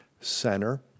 center